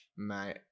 mate